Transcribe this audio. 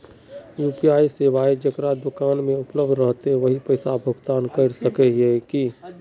UPI सेवाएं जेकरा दुकान में उपलब्ध रहते वही पैसा भुगतान कर सके है की?